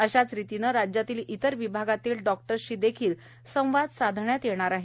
अशाच रीतीने राज्यातील इतर विभागातील डॉक्टर्सशी देखील संवाद साधण्यात येणार आहे